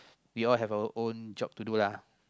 we all have our own job to do lah